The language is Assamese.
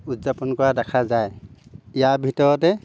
উদযাপন কৰা দেখা যায় ইয়াৰ ভিতৰতে